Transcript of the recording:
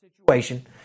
situation